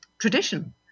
tradition